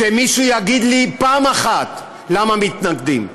שמישהו יגיד לי פעם אחת למה מתנגדים.